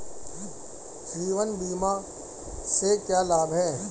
जीवन बीमा से क्या लाभ हैं?